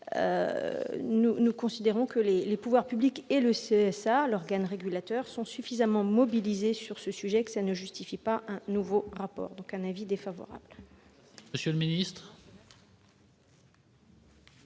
nous considérons que les pouvoirs publics et le CSA, l'organe régulateur, sont suffisamment mobilisés sur ce sujet qui ne justifie pas un nouveau rapport. La commission y est donc défavorable.